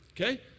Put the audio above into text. okay